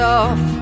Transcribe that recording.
off